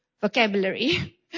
vocabulary